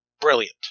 brilliant